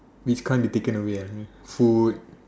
which kind that taken away is it would